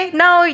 now